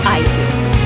iTunes